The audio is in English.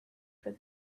for